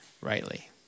rightly